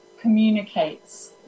communicates